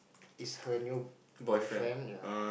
is her new boyfriend ya